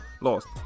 Lost